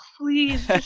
please